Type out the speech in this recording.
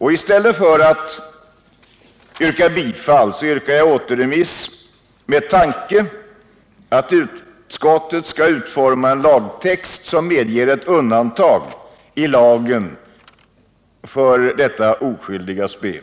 I stället för att yrka bifall till motionen yrkar jag alltså återremiss, med tanke att utskottet skall utforma en lagtext som medger ett undantag i lagen för detta oskyldiga spel. Jag gör